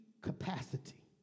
capacity